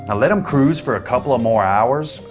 ah let them cruise for a couple of more hours,